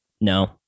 No